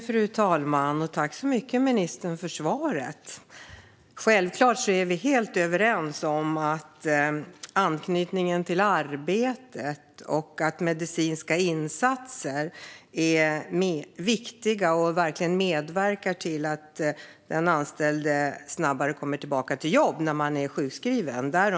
Fru talman! Jag tackar ministern så mycket för svaret. Självklart är vi helt överens vad gäller anknytningen till arbetet, och det råder inget tvivel om att medicinska insatser är viktiga och verkligen medverkar till att den sjukskrivne anställde snabbare kommer tillbaka till jobb.